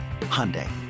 Hyundai